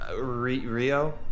rio